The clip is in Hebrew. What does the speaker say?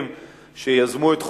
גם לא חד-פעמית,